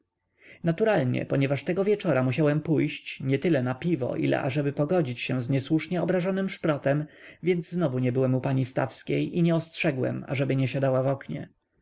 naturalnie ponieważ tego wieczora musiałem pójść nietyle na piwo ile ażeby pogodzić się z niesłusznie obrażonym szprotem więc znowu nie byłem u pani stawskiej i nie ostrzegłem ażeby nie siadała w oknie